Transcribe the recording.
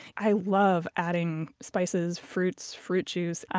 i love adding spices, fruits, fruit juice.